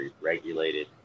regulated